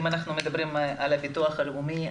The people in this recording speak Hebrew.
אם אנחנו מדברים על הביטוח הלאומי,